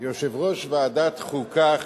יושב-ראש ועדת חוקה,